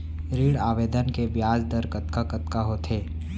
ऋण आवेदन के ब्याज दर कतका कतका होथे?